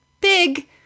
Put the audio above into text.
big